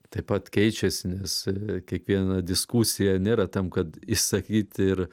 taip pat keičiasi nes kiekviena diskusija nėra tam kad išsakyt ir